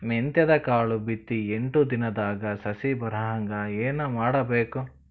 ಮೆಂತ್ಯದ ಕಾಳು ಬಿತ್ತಿ ಎಂಟು ದಿನದಾಗ ಸಸಿ ಬರಹಂಗ ಏನ ಮಾಡಬೇಕು?